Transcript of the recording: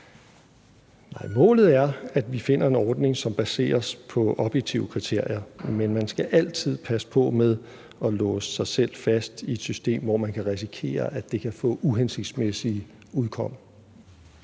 målet er, at vi finder en ordning, som baseres på objektive kriterier. Men man skal altid passe på med at låse sig selv fast i et system, hvor man kan risikere, at det kan få et uhensigtsmæssigt udkomme.